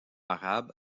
arabe